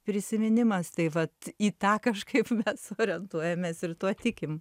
prisiminimas tai vat į tą kažkaip mes orientuojamės ir tuo tikim